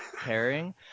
pairing